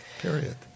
period